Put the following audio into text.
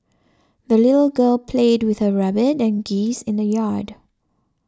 the little girl played with her rabbit and geese in the yard